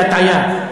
היא הטעיה.